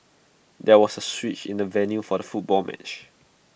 there was A switch in the venue for the football match